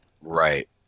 Right